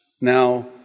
Now